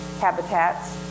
habitats